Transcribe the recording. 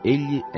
Egli